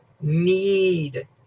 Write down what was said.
need